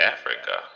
Africa